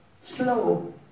slow